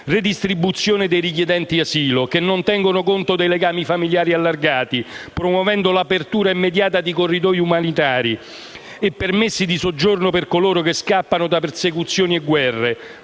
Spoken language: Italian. redistribuzione dei richiedenti asilo, che non tengono conto dei legami familiari allargati, promuovendo l'apertura immediata di corridoi umanitari e permessi di soggiorno per coloro che scappano da persecuzioni e guerre;